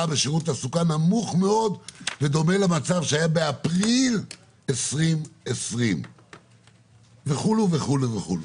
בשירות תעסוקה נמוך מאוד בדומה למצב שהיה באפריל 2020. וכו' וכו' וכו'.